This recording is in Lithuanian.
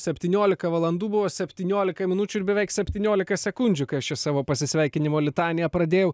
septyniolika valandų buvo septyniolika minučių ir beveik septyniolika sekundžių kai aš čia savo pasisveikinimo litaniją pradėjau